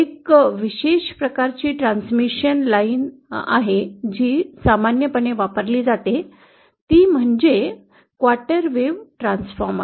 एक विशेष प्रकारची ट्रांसमिशन लाइन जी सामान्यपणे वापरली जाते ती म्हणजेच क्वार्टर वेव्ह ट्रान्सफॉर्मर